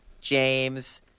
James